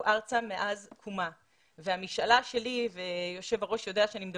ארצה מאז שהמדינה קמה והמשאלה שלי ויושב הראש יודע שאני כל